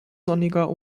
sonniger